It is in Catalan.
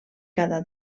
cada